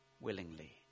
willingly